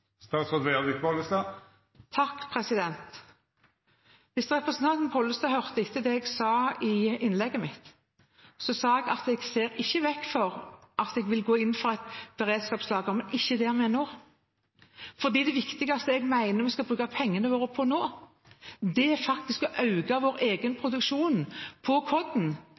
Hvis representanten Pollestad hørte etter det jeg sa i innlegget mitt, sa jeg at jeg ikke ser bort fra at jeg vil gå inn for et beredskapslager, men ikke der vi er nå. Det viktigste jeg mener vi skal bruke pengene våre på nå, er å øke vår egen produksjon